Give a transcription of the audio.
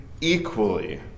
equally